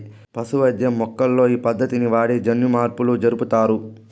పశు వైద్యం మొక్కల్లో ఈ పద్దతిని వాడి జన్యుమార్పులు జరుపుతారు